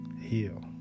heal